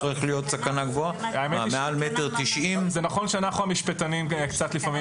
זה נכון שאנחנו המשפטנים קצת לפעמים